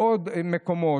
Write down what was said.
בעוד מקומות.